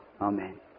Amen